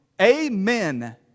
amen